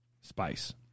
spice